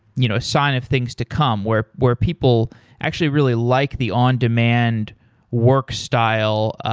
you know sign of things to come where where people actually really like the on demand work style.